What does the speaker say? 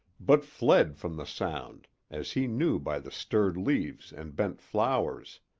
but fled from the sound, as he knew by the stirred leaves and bent flowers.